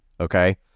okay